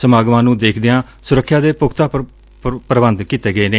ਸਮਾਗਮਾਂ ਨੂੰ ਦੇਖਦਿਆਂ ਸੁਰੱਖਿਆ ਦੇ ਪੁਖਤਾ ਪ੍ਰਬੰਧ ਕੀਤੇ ਗਏ ਨੇ